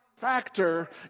factor